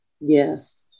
Yes